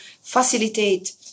facilitate